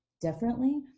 differently